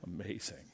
amazing